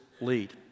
lead